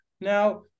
now